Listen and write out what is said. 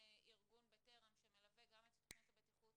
ארגון 'בטרם' שמלווה גם את תכנית הבטיחות